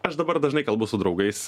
aš dabar dažnai kalbu su draugais